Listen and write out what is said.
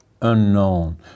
unknown